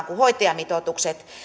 kun hoitajamitoitukset